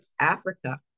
Africa